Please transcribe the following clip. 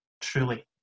truly